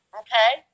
okay